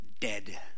dead